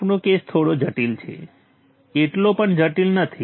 આપણો કેસ થોડો જટિલ છે એટલો પણ જટિલ નથી